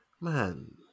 man